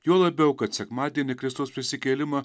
juo labiau kad sekmadienį kristaus prisikėlimą